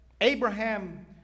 Abraham